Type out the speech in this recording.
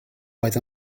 oedd